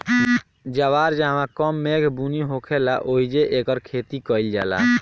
जवार जहवां कम मेघ बुनी होखेला ओहिजे एकर खेती कईल जाला